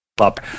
up